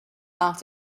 out